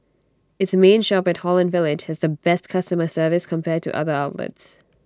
its main shop at Holland village has the best customer service compared to other outlets